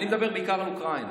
אני מדבר בעיקר על אוקראינה,